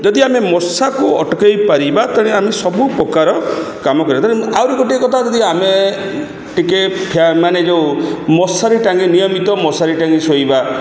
ଯଦି ଆମେ ମଶାକୁ ଅଟକାଇ ପାରିବା ତେଣୁ ଆମେ ସବୁ ପ୍ରକାର କାମ କରିବା ଆହୁରି ଗୋଟିଏ କଥା ଯଦି ଆମେ ଟିକେ ମାନେ ଯେଉଁ ମଶାରୀ ଟାଙ୍ଗି ନିୟମିତ ମଶାରୀ ଟାଙ୍ଗି ଶୋଇବା